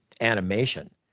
animation